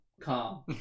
calm